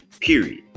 period